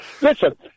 Listen